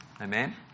Amen